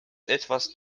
etwas